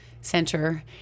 center